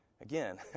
again